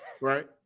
right